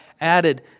added